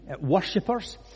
worshippers